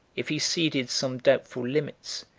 if he ceded some doubtful limits,